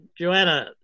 Joanna